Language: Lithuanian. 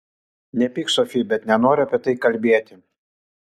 nepyk sofi bet nenoriu apie tai kalbėti